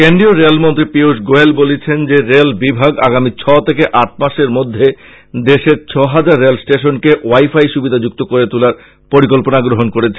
কেন্দ্রীয় রেলমন্ত্রী পীযুষ গোয়েল বলেছেন যে রেল বিভাগ আগামী ছ থেকে আট মাসের মধ্যে দেশের ছ হাজার রেল ষ্টেশনকে ওয়াই ফাই সুবিধাযুক্ত করে তোলার পরিকল্পনা গ্রহন করেছে